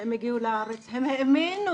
כשהם הגיעו לארץ הם האמינו